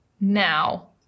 now